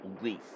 leaf